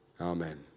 Amen